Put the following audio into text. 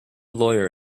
lawyer